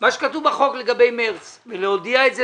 מה שכתוב בחוק לגבי מרס ולהודיע את זה